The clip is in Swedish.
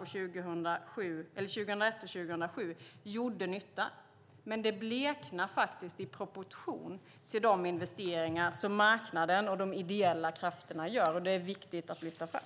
2001-2007 gjorde nytta, men det bleknar i proportion till de investeringar som marknaden och de ideella krafterna gör. Det är det viktigt att lyfta fram.